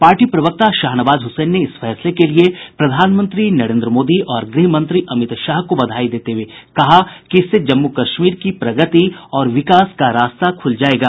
party प्रवक्ता शाहनवाज हुसैन ने इस फैसले के लिए प्रधानमंत्री नरेन्द्र मोदी और गृह मंत्री अमित शाह को बधाई देते हुए कहा है कि इससे जम्मू कश्मीर की प्रगति और विकास का रास्ता ख़ुल जायेगा